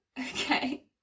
Okay